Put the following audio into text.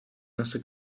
nasse